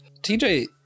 TJ